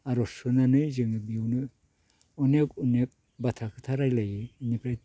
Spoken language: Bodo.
आर'ज सोनानै जोङो बेयावनो अनेख अनेख बाथ्रा खोथा रायज्लायो इनिफ्राय